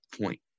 point